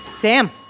Sam